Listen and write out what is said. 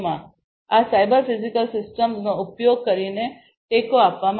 માં આ cyber physical સિસ્ટમ્સનો ઉપયોગ કરીને ટેકો આપવામાં આવશે